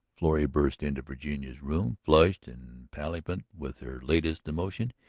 florrie burst into virginia's room, flushed and palpitant with her latest emotion.